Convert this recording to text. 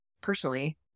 personally